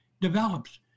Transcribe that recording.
develops